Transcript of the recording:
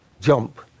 jump